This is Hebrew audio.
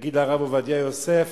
תגיד לרב עובדיה יוסף